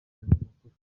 abanyamakuru